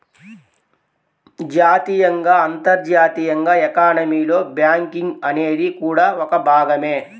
జాతీయంగా, అంతర్జాతీయంగా ఎకానమీలో బ్యాంకింగ్ అనేది కూడా ఒక భాగమే